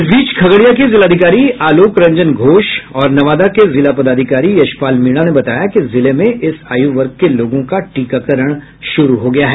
इस बीच खगड़िया के जिलाधिकारी आलोक रंजन घोष और नवादा के जिला पदाधिकारी यशपाल मीणा ने बताया कि जिले में इस आयु वर्ग के लोगों का टीकाकरण शुरू हो गया है